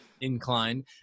inclined